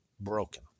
broken